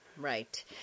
Right